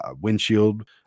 windshield